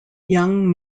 young